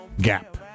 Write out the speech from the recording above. gap